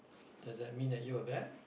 does that mean that you are bad